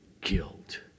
guilt